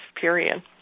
period